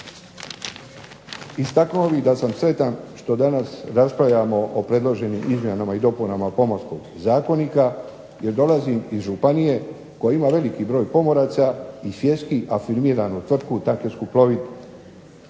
Istaknuo bih da sam sretan što danas raspravljamo o predloženim izmjenama i dopunama Pomorskog zakonika jer dolazim iz županije koja ima veliki broj pomoraca i svjetski afirmiranu tvrtku "Tankersku plovidbu",